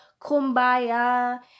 kumbaya